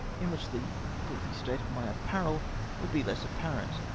in which the filthy state of my apparel would be less apparent.